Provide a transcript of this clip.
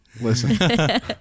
Listen